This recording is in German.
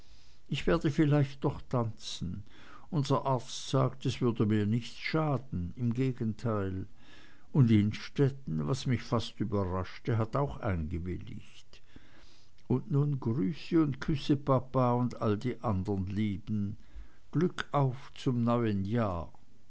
ich werde doch vielleicht tanzen unser arzt sagt es würde mir nichts schaden im gegenteil und innstetten was mich fast überraschte hat auch eingewilligt und nun grüße und küsse papa und all die andern lieben glückauf zum neuen jahr